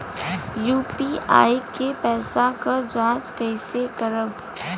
UPI के पैसा क जांच कइसे करब?